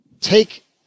take